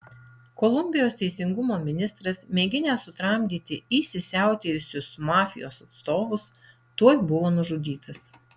kolumbijos teisingumo ministras mėginęs sutramdyti įsisiautėjusius mafijos atstovus tuoj buvo nužudytas